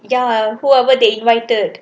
ya whoever they invited